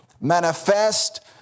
manifest